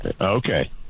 Okay